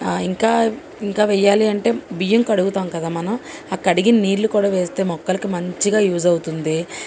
ఇంకా ఇంకా వెయ్యాలి అంటే బియ్యం కడుగుతాం కదా మనం ఆ కడిగిన నీళ్ళు కూడా వేస్తే మొక్కలకి మంచిగా యూజ్ అవుతుంది